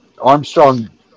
Armstrong